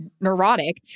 neurotic